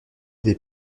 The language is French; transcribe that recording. des